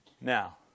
Now